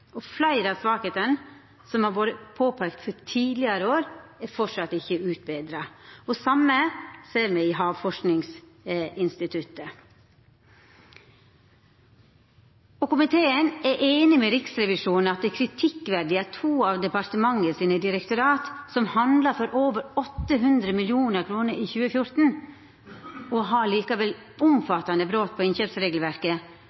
Fleire av dei svakheitene som har vorte påpeikte tidlegare år, er framleis ikkje utbetra. Det same ser me når det gjeld Havforskingsinstituttet. Komiteen er einig med Riksrevisjonen i at det er kritikkverdig at to av departementets direktorat, som handla for over 800 mill. kr i 2014, har omfattande brot på innkjøpsregelverket, og at departementet ikkje har